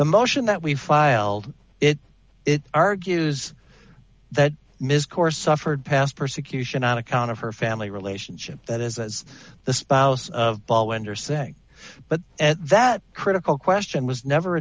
the motion that we filed it it argues that ms course suffered past persecution on account of her family relationship that is as the spouse of ball wender say but at that critical question was never